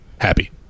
happy